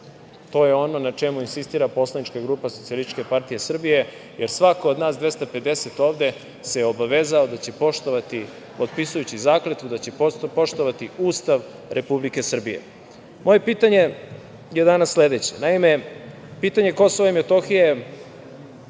To je ono na čemu insistira poslanička grupa SPS, jer svako do nas, 250 ovde, se obavezao da će poštovati, potpisujući zakletvu, da će poštovati Ustav Republike Srbije. Moje pitanje je danas sledeće. Naime, pitanje KiM